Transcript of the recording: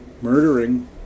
murdering